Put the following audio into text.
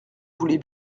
voulez